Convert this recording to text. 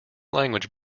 language